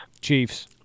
Chiefs